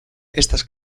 estas